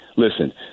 Listen